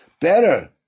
better